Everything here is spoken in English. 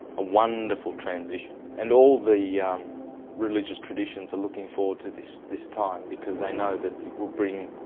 a wonderful transition, and all the religious traditions are looking forward to this this time, because they know that it will bring